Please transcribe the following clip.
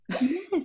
Yes